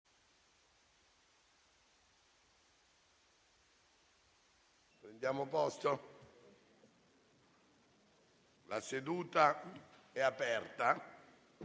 La seduta è aperta